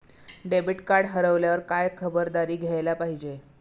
Debit card हरवल्यावर काय खबरदारी घ्यायला पाहिजे?